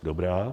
Dobrá.